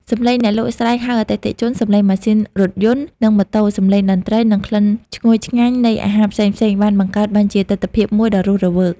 សំឡេងអ្នកលក់ស្រែកហៅអតិថិជន សំឡេងម៉ាស៊ីនរថយន្ត និងម៉ូតូ សំឡេងតន្ត្រី និងក្លិនឈ្ងុយឆ្ងាញ់នៃអាហារផ្សេងៗបានបង្កើតបានជាទិដ្ឋភាពមួយដ៏រស់រវើក។